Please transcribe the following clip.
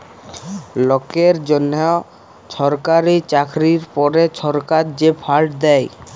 লকের জ্যনহ ছরকারি চাকরির পরে ছরকার যে ফাল্ড দ্যায়